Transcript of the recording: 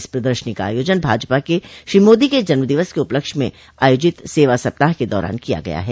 इस प्रदर्शनी का आयोजन भाजपा के श्री मोदी के जन्मदिवस के उपलक्ष्य में आयोजित सेवा सप्ताह के दौरान किया गया है